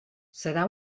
serà